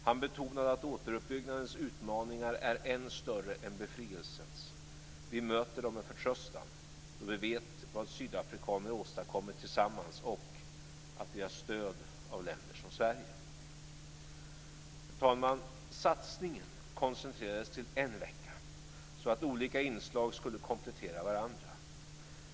Han betonade att återuppbyggnadens utmaningar är än större än befrielsens: Vi möter dem med förtröstan, då vi vet vad sydafrikaner åstadkommit tillsammans, och att vi har stöd av länder som Herr talman! Satsningen koncentrerades till en vecka, så att olika inslag skulle komplettera varandra.